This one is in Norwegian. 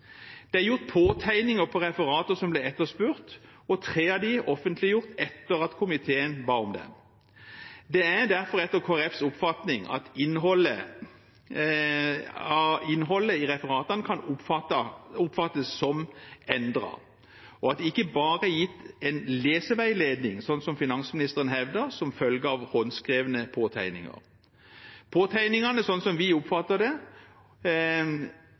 Det er gjort påtegninger på referater som ble etterspurt, og tre av dem er offentliggjort etter at komiteen ba om det. Det er derfor, etter Kristelig Folkepartis oppfatning, innholdet i referatene kan oppfattes som endret, og at det ikke bare er gitt en leseveiledning, som finansministeren har hevdet, som følge av håndskrevne påtegninger. Påtegningene blir av oss oppfattet som at man her har endret syn i forhold til det